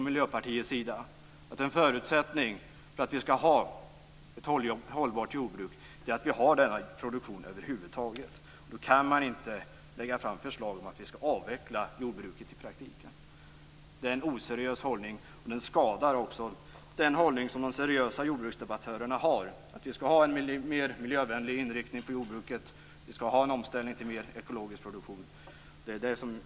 Miljöpartiet måste inse att en förutsättning för att vi skall ha ett hållbart jordbruk är att vi har denna produktion över huvud taget. Då kan man inte lägga fram förslag om att vi skall avveckla jordbruket i praktiken. Det är en oseriös hållning, och den skadar den hållning som de seriösa jordbruksdebattörerna har, som menar att vi skall ha en mer miljövänlig inriktning på jordbruket och att vi skall ha en omställning till mer ekologisk produktion.